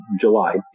July